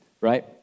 Right